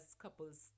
Couples